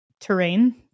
terrain